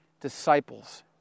disciples